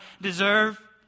deserve